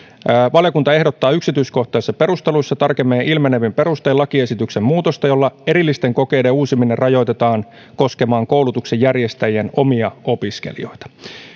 valiokunta ehdottaa yksityiskohtaisissa perusteluissa tarkemmin ilmenevin perustein lakiesityksen muutosta jolla erillisten kokeiden uusiminen rajoitetaan koskemaan koulutuksen järjestäjien omia opiskelijoita